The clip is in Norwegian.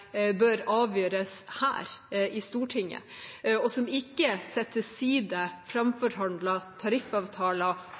bør avgjøres her i Stortinget, og som ikke setter til side